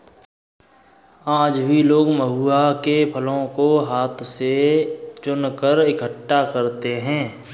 आज भी लोग महुआ के फलों को हाथ से चुनकर इकठ्ठा करते हैं